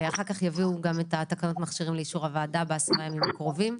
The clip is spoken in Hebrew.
ואחר יביאו גם את תקנות מכשירים לאישור הוועדה בעשרת הימים הקרובים.